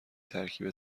ترکیب